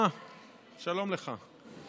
שלום לך.